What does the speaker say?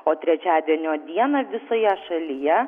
o trečiadienio dieną visoje šalyje